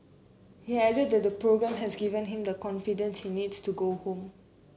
he added that the programme has given him the confidence he needs to go home